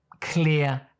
clear